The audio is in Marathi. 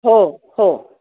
हो हो